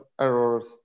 errors